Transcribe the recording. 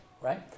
right